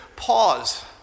Pause